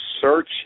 search